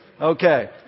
Okay